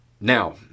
Now